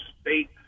state